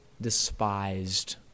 despised